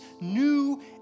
new